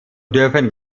dürfen